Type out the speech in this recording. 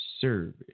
service